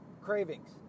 Cravings